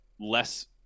less